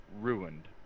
ruined